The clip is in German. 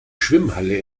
schwimmhalle